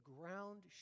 ground